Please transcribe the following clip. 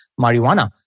marijuana